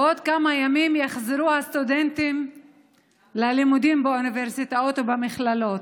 בעוד כמה ימים יחזרו הסטודנטים ללימודים באוניברסיטאות ובמכללות.